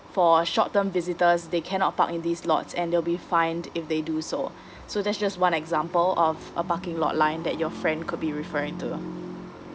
for short term visitors they cannot park in this lots and they'll be fined if they do so so that's just one example of a parking lot line that your friend could be referring to